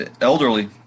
Elderly